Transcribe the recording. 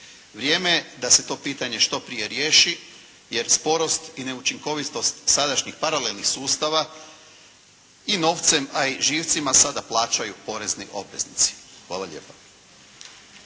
Vrijeme je da se to pitanje što prije riješi jer sporost i neučinkovitost sadašnjih paralelnih sustava i novcem, a i živcima sada plaćaju porezni obveznici. Hvala lijepa.